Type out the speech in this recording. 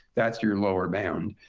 that's your lower bound.